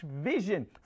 vision